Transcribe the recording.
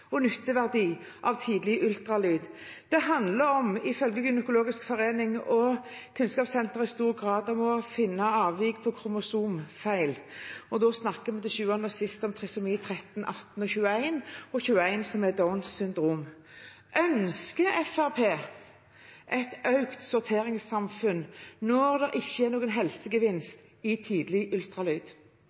og nytteverdi av tidlig ultralyd. Det handler om, ifølge Norsk gynekologisk forening og Kunnskapssenteret, i stor grad å finne avvik og kromosomfeil. Da snakker vi til syvende og sist om trisomi 13, 18 og 21. Det er trisomi 21 som er Downs syndrom. Ønsker Fremskrittspartiet i økt grad et sorteringssamfunn – når det ikke er noen helsegevinst i tidlig ultralyd?